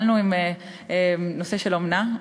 התחלנו עם נושא של אומנה,